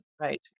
right